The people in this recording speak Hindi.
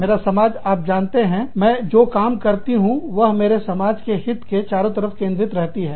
मेरा समाज आप जानते हैं मैं जो भी काम करती हूं वह मेरे समाज के हित के चारों तरफ केंद्रित रहती है